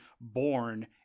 born